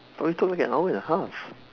but we took like an hour and a half